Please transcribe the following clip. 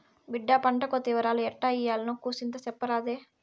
బిడ్డా పంటకోత ఇవరాలు ఎట్టా ఇయ్యాల్నో కూసింత సెప్పరాదే